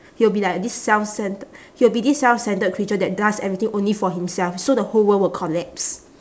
he will be like this self centr~ he will be this self centred creature that does everything only for himself so the whole world would collapse